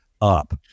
up